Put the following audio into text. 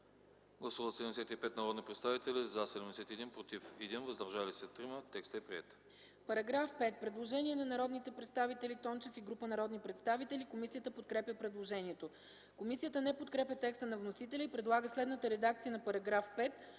Гласували 70 народни представители: за 63, против 3, въздържали се 4. Текстът е приет. По § 47 има предложение на народния представител Тончев и група народни представители. Комисията подкрепя предложението. Комисията подкрепя по принцип текста на вносителя и предлага следната редакция на §